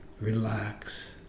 relax